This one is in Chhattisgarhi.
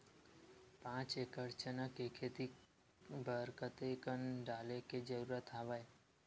पांच एकड़ चना के खेती बर कते कन डाले के जरूरत हवय?